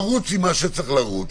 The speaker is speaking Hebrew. נרוץ עם מה שצריך לרוץ,